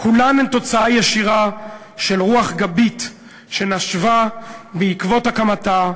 כולם תוצאה ישירה של רוח גבית שנשבה בעקבות הקמתה,